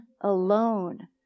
alone